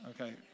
Okay